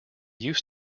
used